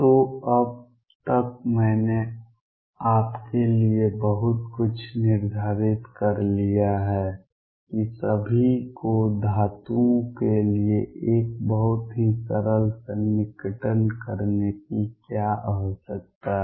तो अब तक मैंने आपके लिए बहुत कुछ निर्धारित कर लिया है कि सभी को धातुओं के लिए एक बहुत ही सरल सन्निकटन करने की क्या आवश्यकता है